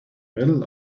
middle